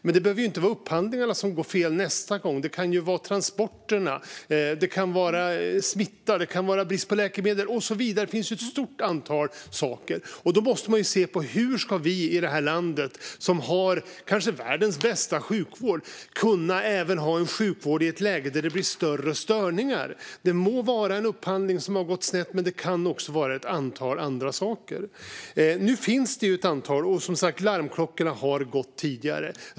Men det behöver inte vara upphandlingarna som går fel nästa gång, utan det kan vara fråga om transporter, smitta eller brist på läkemedel och så vidare. Det finns ett stort antal saker. Hur ska vi i det här landet, med kanske världens bästa sjukvård, kunna utföra sjukvård även i ett läge med större störningar? Det må vara en upphandling som har gått snett, men det kan också vara fråga om ett antal andra saker. Nu finns ett antal saker, och larmklockorna har ljudit tidigare.